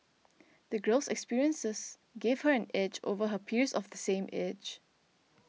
the girl's experiences gave her an edge over her peers of the same age